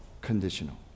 conditional